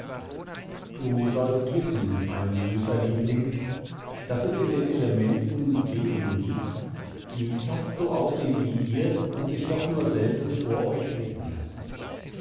du sollst wissen mein süßer liebling daß es in den elementen wesen gibt die fast aussehen wie ihr und sich doch nur selten vor euch blicken lassen